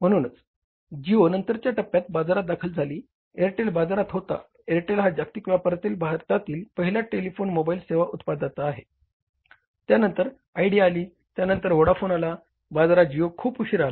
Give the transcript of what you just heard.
म्हणूनच जिओ नंतरच्या टप्प्यात बाजारात दाखल झाली एअरटेल बाजारात होता एअरटेल हा जागतिक व्यापारातील भारतातील पहिला टेलिफोन मोबाइल सेवा उत्पादाता आहे त्यानंतर आयडिया आली त्यानंतर व्होडाफोन आला बाजारात जियो खूप उशीरा आला